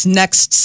next